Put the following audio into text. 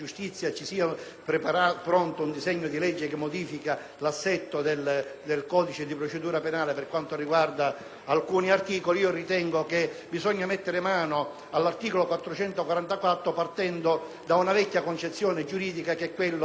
è un'applicazione di pena e non è un'assunzione di responsabilità.